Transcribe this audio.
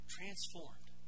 Transformed